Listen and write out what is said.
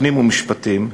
פנים ומשפטים,